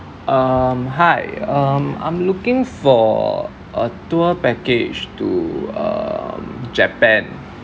um hi um I'm looking for a tour package to um japan